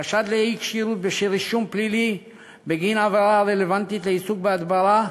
חשד לאי-כשירות בשל רישום פלילי בגין עבירה רלוונטית לעיסוק בהדברה,